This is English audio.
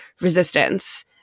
resistance